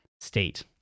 state